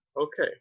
Okay